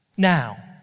Now